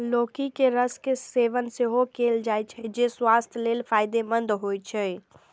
लौकी के रस के सेवन सेहो कैल जाइ छै, जे स्वास्थ्य लेल फायदेमंद होइ छै